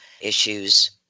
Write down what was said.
issues